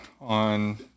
on